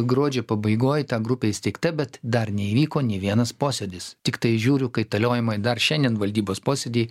gruodžio pabaigoj ta grupė įsteigta bet dar neįvyko nei vienas posėdis tiktai žiūriu kaitaliojimai dar šiandien valdybos posėdyje